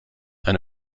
eine